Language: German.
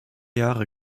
jahre